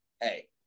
hey